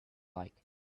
like